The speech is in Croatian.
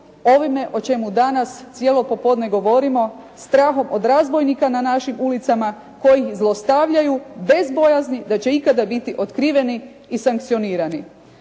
ovime o čemu danas cijelo popodne govorimo, strahom od razbojnika na našim ulicama koji zlostavljaju bez bojazni da će ikada biti otkriveni i sankcionirani.